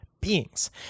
beings